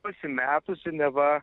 pasimetusį neva